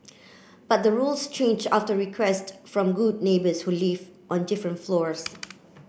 but the rules changed after request from good neighbours who lived on different floors